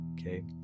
okay